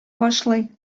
башлый